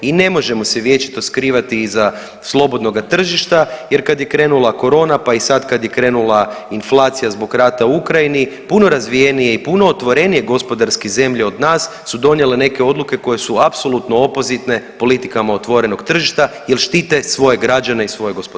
I ne možemo se vječito skrivati iza slobodnoga tržišta jer kad je krenula korona pa i sad kad je krenula inflacija zbog rata u Ukrajini, puno razvijenije i puno otvorenije gospodarske zemlje od nas su donijele neke odluke koje su apsolutno opozitne politikama otvorenog tržišta jer štite svoje građane i svoje gospodarstvo.